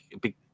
big